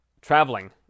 traveling